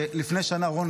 רון,